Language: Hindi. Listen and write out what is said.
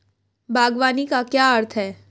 बागवानी का क्या अर्थ है?